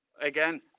again